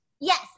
Yes